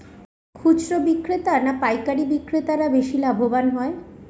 খুচরো বিক্রেতা না পাইকারী বিক্রেতারা বেশি লাভবান হয়?